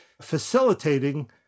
facilitating